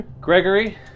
Gregory